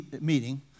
meeting